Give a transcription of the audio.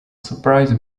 surprise